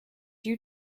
you